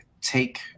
take